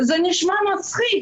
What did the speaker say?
זה נשמע מצחיק,